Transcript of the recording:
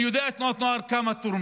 אני יודע כמה בתנועות הנוער תורמים,